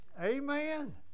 Amen